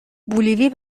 بولیوی